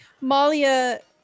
Malia